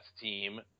team